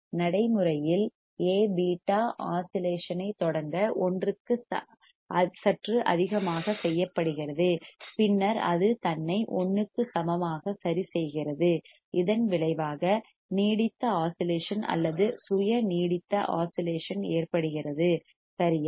நடைமுறையில் A β oscillation ஐத் தொடங்க ஒன்றுக்கு சற்று அதிகமாக செய்யப்படுகிறது பின்னர் அது தன்னை 1 க்கு சமமாக சரிசெய்கிறது இதன் விளைவாக நீடித்த ஆஸிலேஷன் அல்லது சுய நீடித்த ஆஸிலேஷன் ஏற்படுகிறது சரியா